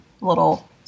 little